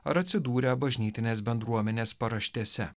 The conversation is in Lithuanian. ar atsidūrę bažnytinės bendruomenės paraštėse